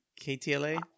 KTLA